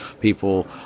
people